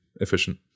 efficient